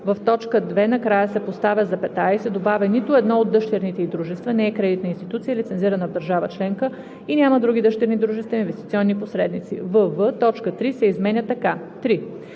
в т. 2 накрая се поставя запетая и се добавя „нито едно от дъщерните й дружества не е кредитна институция, лицензирана в държава членка, и няма други дъщерни дружества инвестиционни посредници“; вв) точка 3 се изменя така: „3.